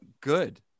Good